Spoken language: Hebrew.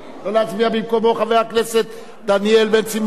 לא להצביע במקומו, חבר הכנסת דניאל בן-סימון.